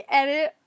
edit